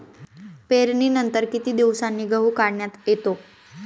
पेरणीनंतर किती दिवसांनी गहू काढण्यात येतो?